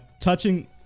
Touching